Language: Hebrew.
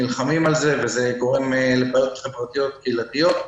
נלחמים על זה וזה גורם לבעיות חברתיות קהילתיות,